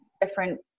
different